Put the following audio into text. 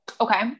Okay